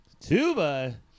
Tuba